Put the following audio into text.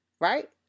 right